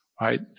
right